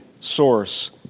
source